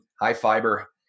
high-fiber